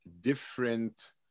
different